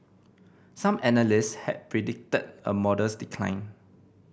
some analysts had predicted a modest decline